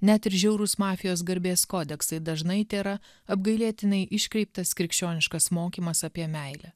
net ir žiaurūs mafijos garbės kodeksai dažnai tėra apgailėtinai iškreiptas krikščioniškas mokymas apie meilę